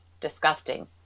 Disgusting